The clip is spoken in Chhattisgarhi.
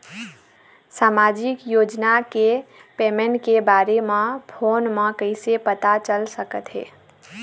सामाजिक योजना के पेमेंट के बारे म फ़ोन म कइसे पता चल सकत हे?